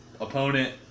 opponent